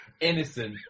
innocent